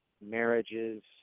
marriages